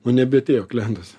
nu nebeatėjo klientas